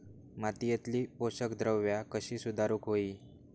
मातीयेतली पोषकद्रव्या कशी सुधारुक होई?